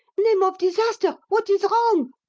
name of disaster! what is wrong?